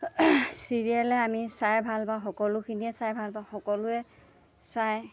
চিৰিয়েলে আমি চাই ভাল পাওঁ সকলোখিনিয়ে চাই ভাল পাওঁ সকলোৱে চায়